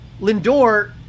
Lindor